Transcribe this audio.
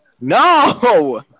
No